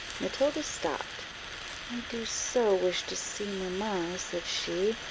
matilda stopped i do so wish to see mamma, said she,